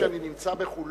כשאני נמצא בחולון,